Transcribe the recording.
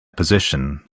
position